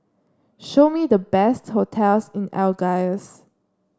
show me the best hotels in Algiers